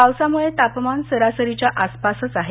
पावसामुळे तापमान सरासरीच्या आसपासच आहे